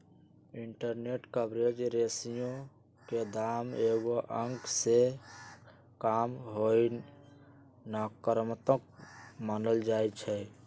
interest coverage ratio के दाम एगो अंक से काम होनाइ नकारात्मक मानल जाइ छइ